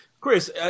Chris